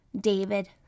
david